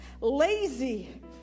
lazy